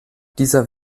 dieser